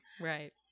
Right